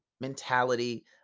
mentality